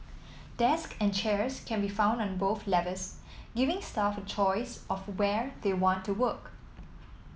desks and chairs can be found on both levels giving staff a choice of where they want to work